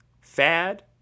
Fad